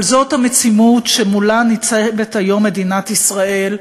אבל זאת המציאות שמולה ניצבת היום מדינת ישראל.